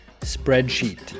spreadsheet